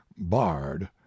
bard